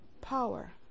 power